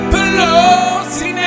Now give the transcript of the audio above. Pelosi